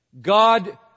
God